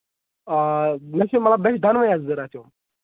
آ مےٚ چھِ مطلب مےٚ چھِ دۅنوٕے حظ ضروٗرت یِم